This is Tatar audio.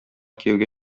кияүгә